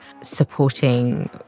supporting